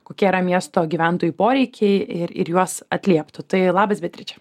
kokie yra miesto gyventojų poreikiai ir ir juos atlieptų tai labas beatriče